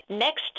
Next